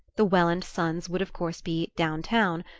the welland sons would of course be down town,